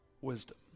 wisdom